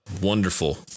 Wonderful